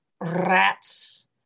rats